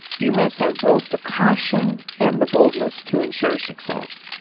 you must have both the caution and the boldness, to insure success.